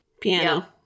piano